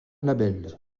labels